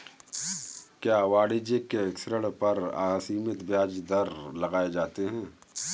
क्या वाणिज्यिक ऋण पर असीमित ब्याज दर लगाए जाते हैं?